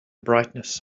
brightness